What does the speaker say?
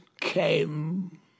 came